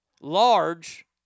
large